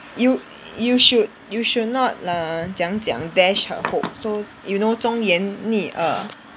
you you should you should not err 怎样讲 bash her hope so you know 忠言逆耳